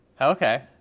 Okay